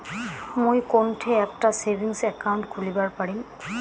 মুই কোনঠে একটা সেভিংস অ্যাকাউন্ট খুলিবার পারিম?